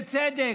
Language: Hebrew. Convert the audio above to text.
בצדק: